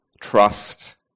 trust